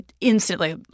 instantly